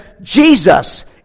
Jesus